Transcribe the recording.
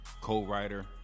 co-writer